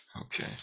Okay